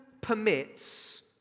permits